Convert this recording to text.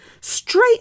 Straight